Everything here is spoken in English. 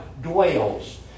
dwells